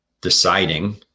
deciding